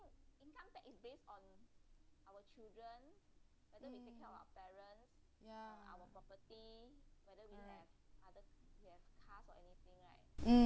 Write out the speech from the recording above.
mm